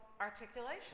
articulation